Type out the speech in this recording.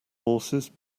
horses